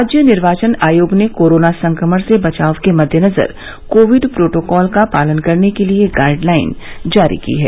राज्य निर्वाचन आयोग ने कोरोना संक्रमण से बचाव के मद्देनजर कोविड प्रोटोकाल का पालन करने के लिये गाइड लाइन जारी है